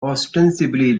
ostensibly